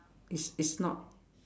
it's it's not